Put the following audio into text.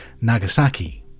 Nagasaki